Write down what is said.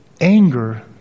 anger